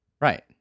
Right